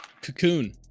Cocoon